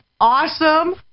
Awesome